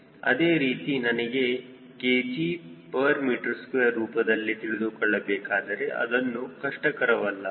ಅದೇ ರೀತಿ ನನಗೆ kgm2 ರೂಪದಲ್ಲಿ ತಿಳಿದುಕೊಳ್ಳಬೇಕಾದರೆ ಅದೇನು ಕಷ್ಟಕರವಲ್ಲ